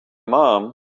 mom